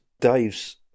Dave's